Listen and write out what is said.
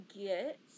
get